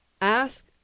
ask